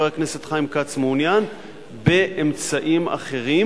הכנסת חיים כץ מעוניין באמצעים אחרים,